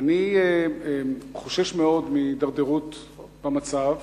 אני חושש מאוד מהידרדרות המצב.